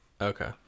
Okay